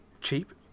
cheap